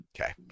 Okay